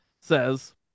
says